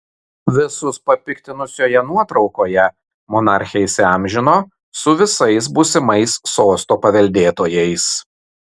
visus papiktinusioje nuotraukoje monarchė įsiamžino su visais būsimais sosto paveldėtojais